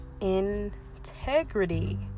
integrity